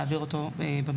להעביר אותו במיידיות,